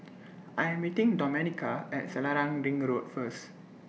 I Am meeting Domenica At Selarang Ring Road First